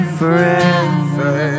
forever